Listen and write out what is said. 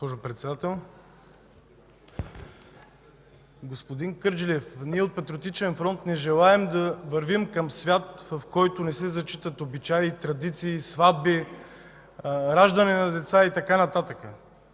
Господин Кърджалиев, от Патриотичен фронт не желаем да вървим към свят, в който не се зачитат обичаи, традиции, сватби, раждане на деца и така нататък.